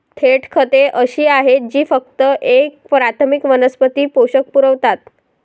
थेट खते अशी आहेत जी फक्त एक प्राथमिक वनस्पती पोषक पुरवतात